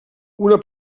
una